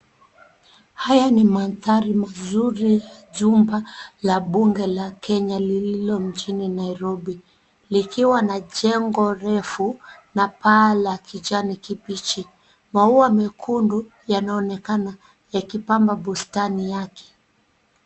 Haya ni mandhari mazuri ya jumba la bunge la Kenya lililo mjini Nairobi, likiwa na jengo refu na paa la kijani kibichi. Maua mekundu yanaonekana yakipambwa bustani yake.